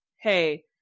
hey